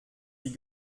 sie